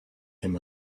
him